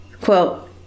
quote